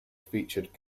featured